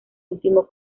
último